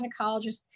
gynecologist